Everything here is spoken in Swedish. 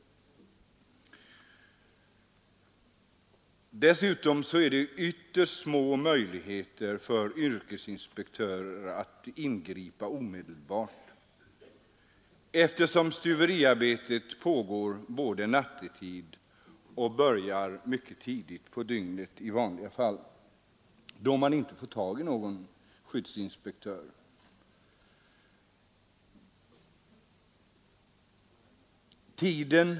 Yrkesinspektörer har ytterst små möjligheter att ingripa omedelbart, eftersom stuveriarbetet börjar mycket tidigt och pågår även nattetid. Det går inte att då få tag i någon skyddsinspektör.